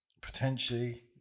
potentially